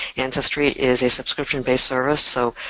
ancestry is a subscription-based service so